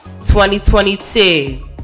2022